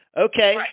Okay